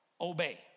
obey